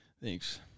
Thanks